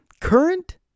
current